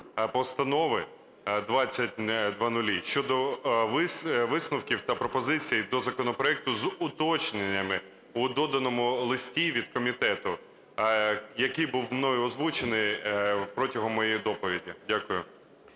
Постанови 2000 щодо висновків та пропозицій до законопроекту з уточненнями у доданому листі від комітету, який був мною озвучений, протягом моєї доповіді. Дякую.